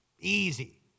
Easy